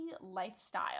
lifestyle